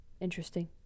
interesting